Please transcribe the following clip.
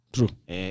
True